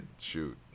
shoot